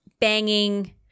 Banging